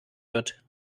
wird